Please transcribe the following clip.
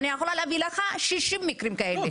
אני יכולה להביא לך שישים מקרים כאלה --- טוב,